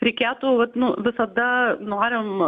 reikėtų vat nu visada norim